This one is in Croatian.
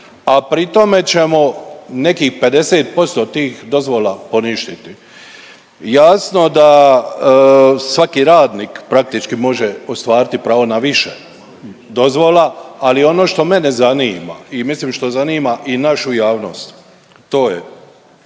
a pri tome ćemo nekih 50% tih dozvola poništiti. Jasno da svaki radnik praktički može ostvariti pravo na više dozvola, ali ono što mene zanima i mislim što zanima i našu javnost to je,